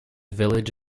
village